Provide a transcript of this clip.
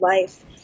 life